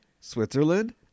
Switzerland